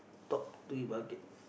top three bucket